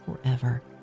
forever